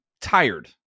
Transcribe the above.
tired